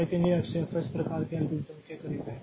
लेकिन यह FCFS प्रकार के एल्गोरिदम के करीब है